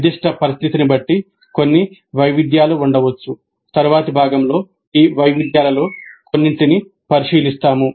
నిర్దిష్ట పరిస్థితిని బట్టి కొన్ని వైవిధ్యాలు ఉండవచ్చు తరువాతి భాగంలో ఈ వైవిధ్యాలలో కొన్నింటిని పరిశీలిస్తాము